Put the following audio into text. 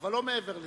מלא פתוס,